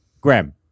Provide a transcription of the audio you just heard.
Graham